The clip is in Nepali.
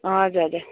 हजुर हजुर